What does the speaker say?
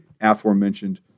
aforementioned